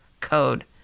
code